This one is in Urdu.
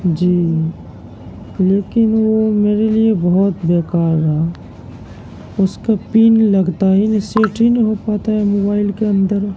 جی لیکن وہ میرے لیے بہت بےکار رہا اس کا پن لگتا ہی نہیں سیٹ ہی نہیں ہوپاتا ہے موبائل کے اندر